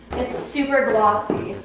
it's super glossy.